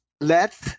let